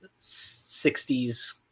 60s